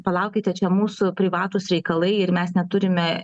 palaukite čia mūsų privatūs reikalai ir mes neturime